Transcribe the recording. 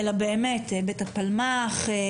אלא באמת בית הפלמ"ח,